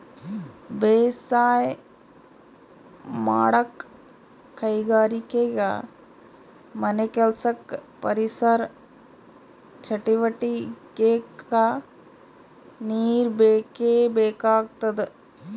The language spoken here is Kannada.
ಬೇಸಾಯ್ ಮಾಡಕ್ಕ್ ಕೈಗಾರಿಕೆಗಾ ಮನೆಕೆಲ್ಸಕ್ಕ ಪರಿಸರ್ ಚಟುವಟಿಗೆಕ್ಕಾ ನೀರ್ ಬೇಕೇ ಬೇಕಾಗ್ತದ